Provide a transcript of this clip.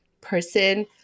person